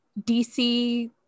DC